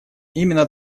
именно